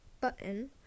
button